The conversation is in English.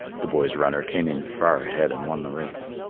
the boy's runner came in far ahead and won the race.